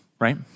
right